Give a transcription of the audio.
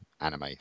anime